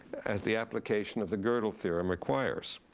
as the application of the godel theorem requires.